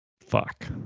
Fuck